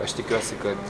aš tikiuosi kad